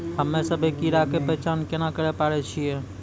हम्मे सभ्भे कीड़ा के पहचान केना करे पाड़ै छियै?